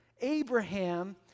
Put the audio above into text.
Abraham